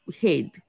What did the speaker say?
head